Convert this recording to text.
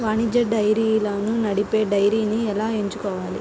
వాణిజ్య డైరీలను నడిపే డైరీని ఎలా ఎంచుకోవాలి?